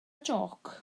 jôc